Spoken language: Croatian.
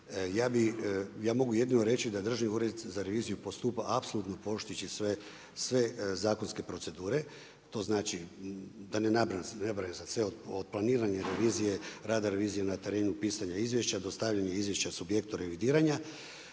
ja mogu jedino reći da Državni ured za reviziju postupa apsolutno poštujući sve zakonske procedure, to znači, da ne nabrajam sad sve, od planiranja revizije, rada revizije na terenu, pisanja izvješće, dostavljanje izvješće subjektu revidiranja,